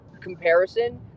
comparison